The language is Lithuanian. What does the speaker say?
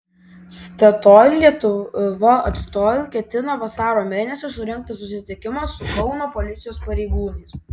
statoil lietuva atstovai ketina vasario mėnesį surengti susitikimą su kauno policijos pareigūnais